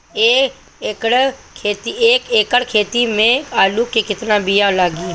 एक एकड़ खेती में आलू के कितनी विया लागी?